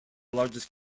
largest